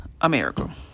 America